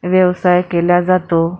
व्यवसाय केला जातो